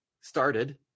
started